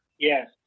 Yes